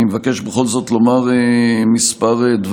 אני מבקש בכל זאת לומר כמה דברים.